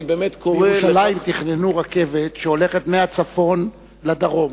בירושלים תכננו רכבת שהולכת מהצפון לדרום,